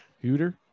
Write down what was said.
Hooter